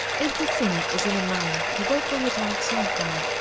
if the thing is in a man he will bring it out somehow,